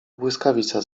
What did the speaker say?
błyskawica